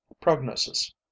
prognosis